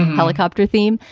helicopter theme.